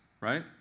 right